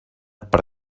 per